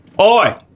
Oi